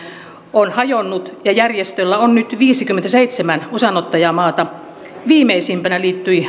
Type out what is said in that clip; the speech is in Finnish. on hajonnut ja järjestöllä on nyt viisikymmentäseitsemän osanottajamaata viimeisimpänä liittyi